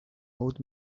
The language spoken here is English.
old